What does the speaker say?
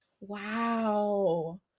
Wow